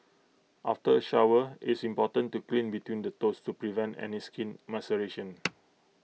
after shower it's important to clean between the toes to prevent any skin maceration